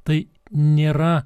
tai nėra